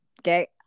Okay